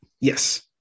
Yes